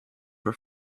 for